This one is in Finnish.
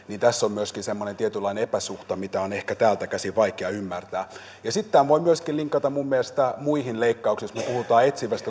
tässä on semmoinen tietynlainen epäsuhta mitä on ehkä täältä käsin vaikea ymmärtää sitten tämän voi myöskin linkata mielestäni muihin leikkauksiin jos me puhumme etsivästä